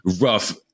rough